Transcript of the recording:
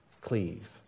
Cleave